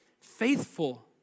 Faithful